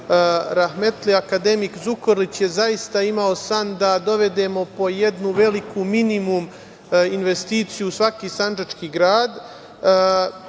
Rahmetli akademik Zukorlić je zaista imao san da dovedemo po jednu veliku, minimum, investiciju u svaki sandžački grad.